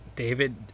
David